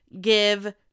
give